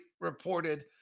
reported